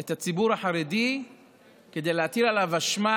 את הציבור החרדי כדי להטיל עליו האשמה